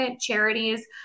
charities